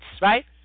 right